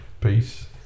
Peace